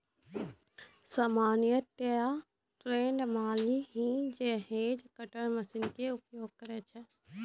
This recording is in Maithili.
सामान्यतया ट्रेंड माली हीं हेज कटर मशीन के उपयोग करै छै